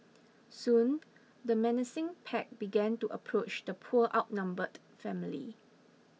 soon the menacing pack began to approach the poor outnumbered family